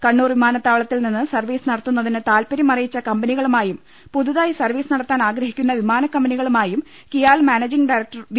കണ്ണൂർ വിമനത്താവളത്തിൽ നിന്ന് സർവ്വീസ് നടത്തു ന്നതിന് താൽപര്യം അറിയിച്ച കമ്പനികളുമായും പുതുതായി സർ വ്വീസ് നടത്താൻ ആഗ്രഹഹിക്കുന്ന വിമാനക്കമ്പനികളുമായും കി യാൽ മാനേജിംഗ് ഡയരക്ടർ വി